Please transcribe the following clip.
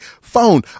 phone